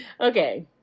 Okay